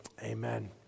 Amen